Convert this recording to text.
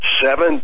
seven